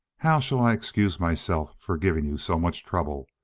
how shall i excuse myself for giving you so much trouble?